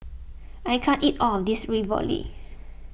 I can't eat all of this Ravioli